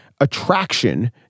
attraction